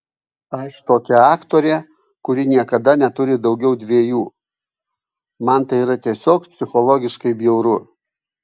aš tokia aktorė kuri niekada neturi daugiau dviejų man tai yra tiesiog psichologiškai bjauru